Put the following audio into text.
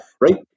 right